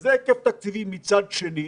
וכזה היקף תקציבי מצד שני.